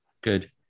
Good